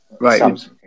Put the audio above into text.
right